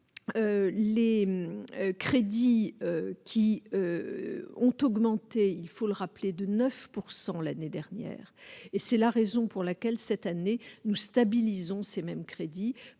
les crédits qui ont augmenté, il faut le rappeler de 9 pourcent l'année dernière et c'est la raison pour laquelle cette année, nous stabilisons ces mêmes crédits